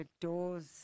doors